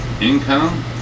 income